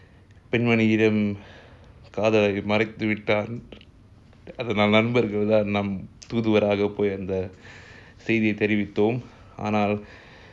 பெண்மணியிடம்காதலைமறுத்துவிட்டான்அதனால்நண்பர்கள்தான்நம்தூதுவராகபோய்அந்தசெய்தியதெரிவித்தோம்ஆனால்:penmaniyidam kadhalai maruthuvitan adhanal nanbargalthan nan thoothuvaraga poi andha seithiyai therivithom